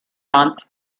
month